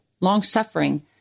long-suffering